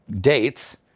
dates